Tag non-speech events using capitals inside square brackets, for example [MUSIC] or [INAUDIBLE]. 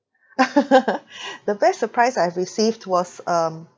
[LAUGHS] the best surprise I've received was um